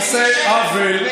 עושה עוול.